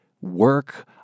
work